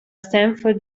stanford